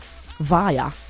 Via